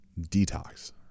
detox